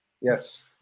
yes